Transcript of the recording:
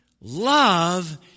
Love